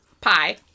pie